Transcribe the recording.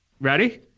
Ready